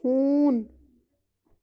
ہوٗن